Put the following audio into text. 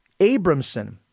Abramson